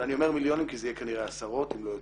ואני אומר מיליונים כי זה יהיה כנראה עשרות אם לא יותר.